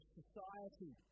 society